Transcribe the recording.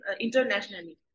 internationally